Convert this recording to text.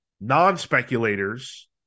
non-speculators